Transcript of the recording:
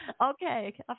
Okay